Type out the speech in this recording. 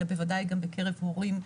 אלא בוודאי גם בקרב הורים,